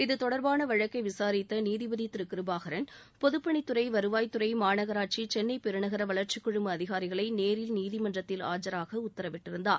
இத்தொடர்பான வழக்கை விசாரித்த நீதிபதி கிருபாகரன் பொதுப்பணித்துறை வருவாய்த்துறை மாநகராட்சி சென்னை பெருநகர வளர்ச்சிக் குழும அதிகாரிகளை நேரில் நீதிமன்றத்தில் ஆஜராக உத்தரவிட்டிருந்தார்